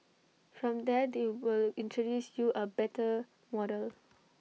from there they will introduce you A better model